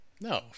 No